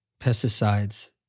Pesticides